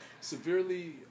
severely